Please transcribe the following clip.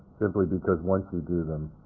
simply because once you do them,